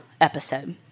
episode